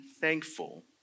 thankful